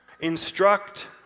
Instruct